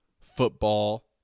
football